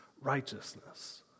righteousness